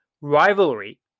rivalry